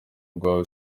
urwawe